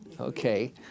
Okay